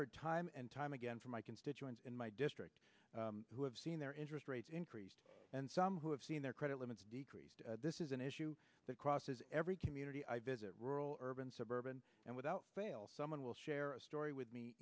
heard time and time again from my constituents in my district who have seen their interest rates increased and some who have seen their credit limits decrease this is an issue that crosses every community i visit rural urban suburban and without fail someone will share a story with me